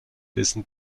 dessen